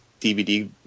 DVD